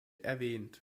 erwähnt